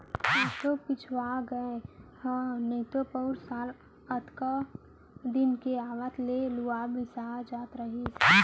एसो पिछवा गए हँव नइतो पउर साल अतका दिन के आवत ले लुवा मिसा जात रहिस